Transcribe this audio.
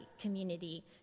community